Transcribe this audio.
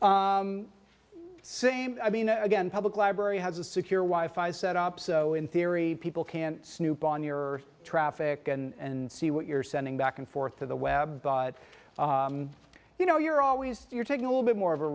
yes same i mean again public library has a secure why five set up so in theory people can snoop on your traffic and see what you're sending back and forth to the web but you know you're always you're taking a little bit more of a